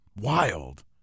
Wild